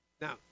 Now